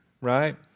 right